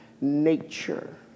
nature